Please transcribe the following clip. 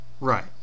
Right